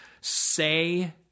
say